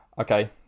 Okay